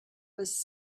was